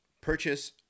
purchase